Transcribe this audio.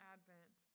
Advent